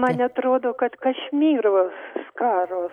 man atrodo kad kašmyro skaros